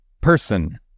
person